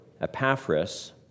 Epaphras